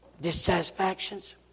dissatisfactions